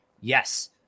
Yes